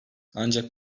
ancak